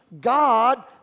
God